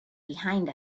behind